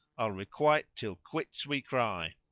i'll requite till quits we cry!